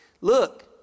Look